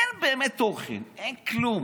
אין באמת תוכן, אין כלום.